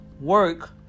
work